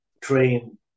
train